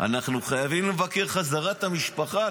אנחנו חייבים לבקר בחזרה את המשפחה.